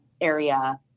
area